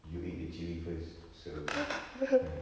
you ate the chilli first so ya